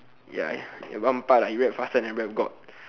ya in one part lah he rap faster than rap god